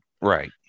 Right